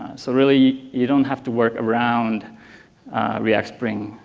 so really you don't have to work around react-spring